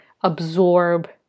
absorb